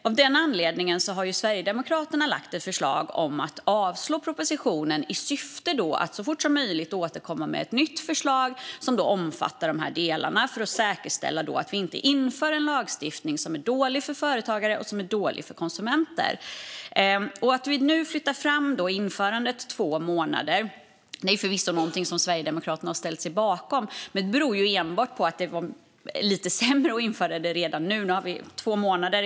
Av den anledningen har Sverigedemokraterna lagt fram ett förslag om att avslå propositionen i syfte att så fort som möjligt återkomma med ett nytt förslag som omfattar dessa delar, för att säkerställa att vi inte inför en lagstiftning som är dålig för företagare och som är dålig för konsumenter. Att vi nu flyttar fram införandet två månader är förvisso något som Sverigedemokraterna har ställt sig bakom, men det beror enbart på att det var lite sämre att införa det redan nu. Nu har vi två månader på oss.